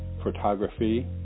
photography